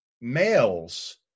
males